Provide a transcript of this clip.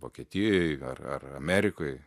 vokietijoj ar ar amerikoj